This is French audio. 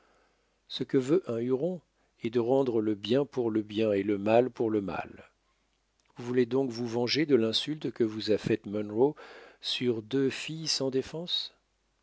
ce que veut un huron est de rendre le bien pour le bien et le mal pour le mal vous voulez donc vous venger de l'insulte que vous a faite munro sur deux filles sans défense